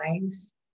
lives